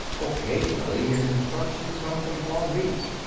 occasionally his instructions come from palm beach.